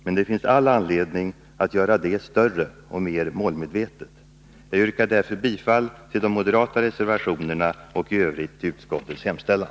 Men det finns all anledning att göra det större och mer målmedvetet. Jag yrkar därför bifall till de moderata reservationerna och i övrigt till utskottets hemställan.